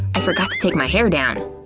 i forgot to take my hair down!